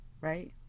right